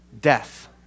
death